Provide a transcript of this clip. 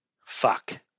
Fuck